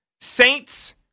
Saints